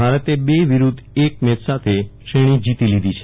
ભારતે બે વિરુધ્ધ એક મેચ સાથે શ્રેણી જીતી લીધી છે